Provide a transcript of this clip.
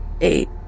eight